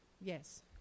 Yes